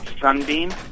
Sunbeam